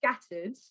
scattered